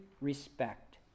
respect